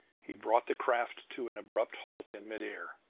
he brought the craft to an abrupt halt in mid air.